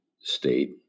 state